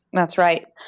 that's right.